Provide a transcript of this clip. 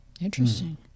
Interesting